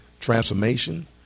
Transformation